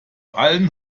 allen